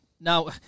Now